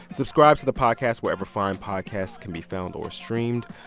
subscribe to the podcast wherever fine podcasts can be found or streamed.